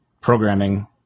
programming